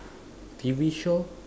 T_V show